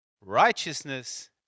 righteousness